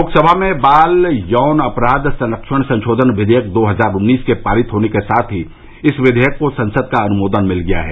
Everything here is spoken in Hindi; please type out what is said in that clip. लोकसभा में बाल यौन अपराध संरक्षण संशोधन विधेयक दो हजार उन्नीस के पारित होने के साथ ही इस विधेयक को संसद का अनुमोदन मिल गया है